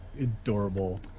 adorable